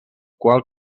qual